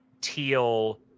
Teal